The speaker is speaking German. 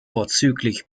vorzüglich